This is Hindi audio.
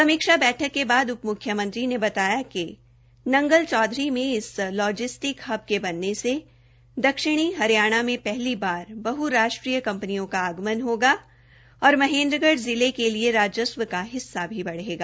समीक्षा बैठक के बाद उप मुख्यमंत्री ने बताया कि नंगल चौधरी में इस लॉजिस्टिक हब के बनने से दक्षिणी हरियाणा मे पहली बार बह राष्ट्रीय कपंनियों का आगमन होगा और महेन्द्रगढ़ जिले के लिए राजस्व का हिस्सा भी बढ़ेगा